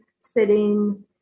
sitting